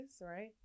Right